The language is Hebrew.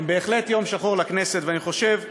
הן בהחלט יום שחור לכנסת, ואני חושב שאני,